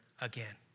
again